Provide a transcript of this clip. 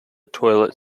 toilet